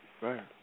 Right